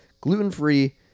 Gluten-free